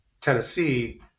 Tennessee